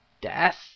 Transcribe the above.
death